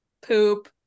poop